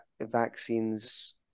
vaccines